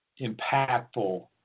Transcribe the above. impactful